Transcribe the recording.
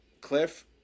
Cliff